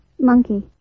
monkey